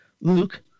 Luke